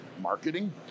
marketing